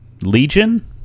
Legion